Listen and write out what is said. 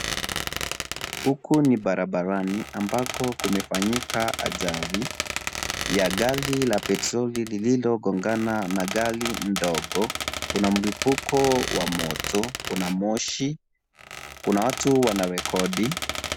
Huku ni barabarani, ambako kumefanyika ajali, ya gari la petroli lililo gongana na gari ndogo, kuna mlipuko wa moto, kuna moshi, kuna watu wanarekodi.